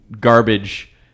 garbage